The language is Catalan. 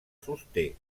sosté